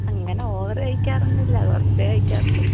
അങ്ങനെ ഓവറ് കഴിക്കാറൊന്നും ഇല്ല കുറച്ചേ കഴിക്കാറുള്ളൂ